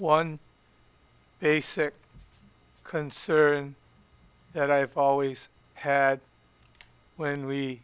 one basic concern that i have always had when we